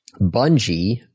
Bungie